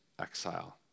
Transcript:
exile